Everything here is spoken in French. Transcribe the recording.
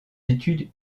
études